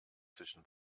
zwischen